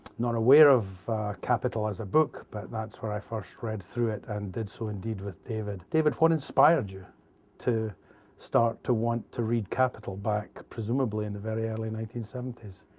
not aware of capital as a book, but that's where i first read through it and did so indeed with david. david what inspired you to start to want to read capital back, presumably, in the very early nineteen seventy s?